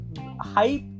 hype